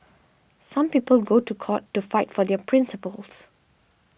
some people go to court to fight for their principles